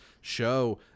show